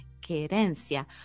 Querencia